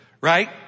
Right